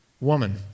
woman